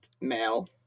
male